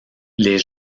les